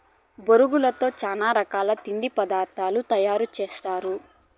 బొరుగులతో చానా రకాల తిండి పదార్థాలు తయారు సేస్తారు